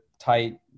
tight